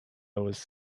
was